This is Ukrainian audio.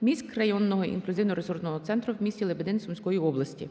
міськрайонного "Інклюзивно-ресурсного центру" в місті Лебедин Сумської області.